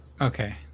Okay